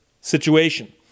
situation